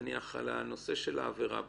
על הנושא של העבירה בכלל,